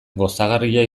gozagarria